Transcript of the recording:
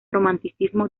romanticismo